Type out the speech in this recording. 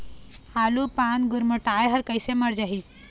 आलू पान गुरमुटाए हर कइसे मर जाही?